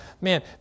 man